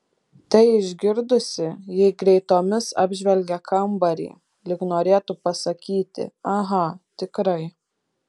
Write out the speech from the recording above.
tai išgirdusi ji greitomis apžvelgia kambarį lyg norėtų pasakyti aha tikrai